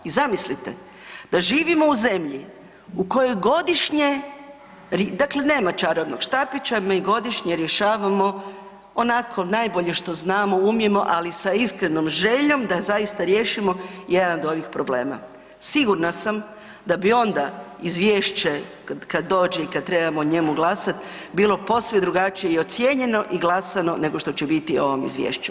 I zamislite, da živimo u zemlji u kojoj godišnje, dakle nema čarobnog štapića, mi godišnje rješavamo, onako, najbolje što znamo, umijemo, ali sa iskrenom željom, da zaista riješimo jedan od ovih problema, sigurna sam da bi onda izvješće, kad dođe i kad trebamo o njemu glasati, bilo posve drugačije i ocijenjeno i glasano, nego što će biti o ovom Izvješću.